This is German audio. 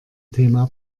thema